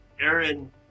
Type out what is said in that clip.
Aaron